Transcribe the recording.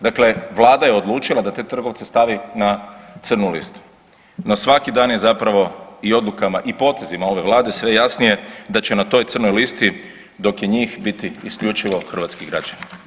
Dakle, Vlada je odlučila da te trgovce stavi na crnu listu, no svaki dan je zapravo i odlukama i potezima ove Vlade sve jasnije da će na toj crnoj listi dok je njih biti isključivo hrvatski građani.